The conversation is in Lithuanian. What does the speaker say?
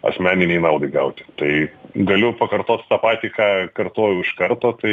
asmeninei naudai gauti tai galiu pakartot tą patį ką kartojau iš karto tai